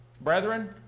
brethren